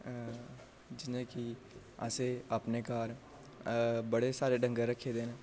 अ जि'यां की असें अपने घर अ बड़े सारे डंगर रक्खे दे न